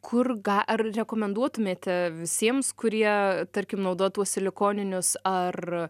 kur ga ar rekomenduotumėte visiems kurie tarkim naudot tuos silikoninius ar